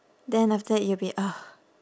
then after that you will be ah